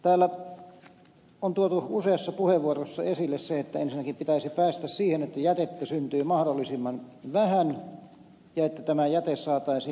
täällä on tuotu useassa puheenvuorossa esille se että ensinnäkin pitäisi päästä siihen että jätettä syntyy mahdollisimman vähän ja että tämä jäte saataisiin hyötykäyttöön